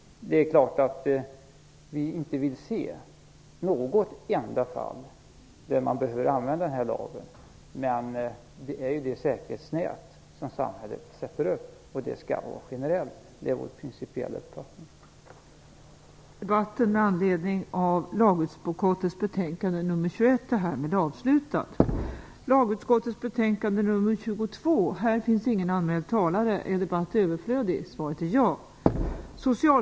Vi vill naturligtvis inte se något enda fall som den här lagen skulle behöva användas på. Den skall vara ett säkerhetsnät som samhället sätter upp, och det är vår principiella uppfattning att detta skall vara generellt.